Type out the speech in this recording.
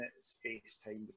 space-time